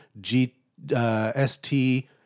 GST